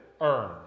earn